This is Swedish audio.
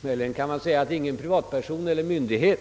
Möjligen kan man anföra att ingen privatperson eller myndighet